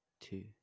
two